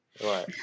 Right